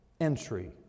entry